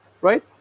right